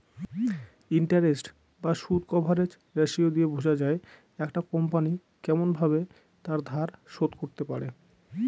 interest বা সুদ coverage ratio দিয়ে বোঝা যায় একটা কোম্পনি কেমন ভাবে তার ধার শোধ করতে পারে